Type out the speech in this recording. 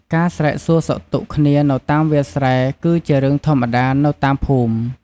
ការស្រែកសួរសុខទុក្ខគ្នានៅតាមវាលស្រែ គឺជារឿងធម្មតានៅតាមភូមិ។